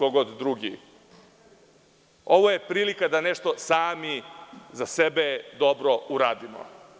Ovo je prilika da nešto sami za sebe dobro uradimo.